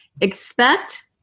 expect